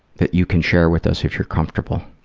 that you can share with us, if you're comfortable?